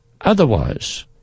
Otherwise